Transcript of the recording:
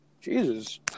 Jesus